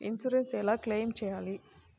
Insurance ఎలా claim చేయాలి?